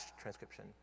transcription